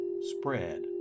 spread